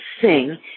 sing